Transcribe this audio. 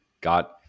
got